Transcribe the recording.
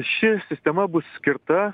ši sistema bus skirta